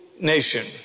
nation